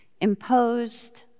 imposed